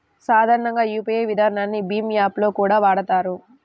సాధారణంగా యూపీఐ విధానాన్ని భీమ్ యాప్ లో కూడా వాడతారు